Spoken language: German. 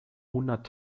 hundert